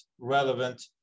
relevant